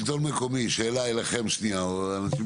שלטון מקומי, שאלה אליכם מהשטח: